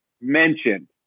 mentioned